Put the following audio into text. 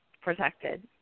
protected